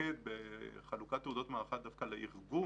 להתמקד בחלוקת תעודות מערכה דווקא לארגון.